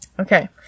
Okay